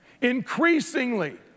increasingly